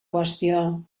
qüestió